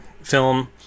film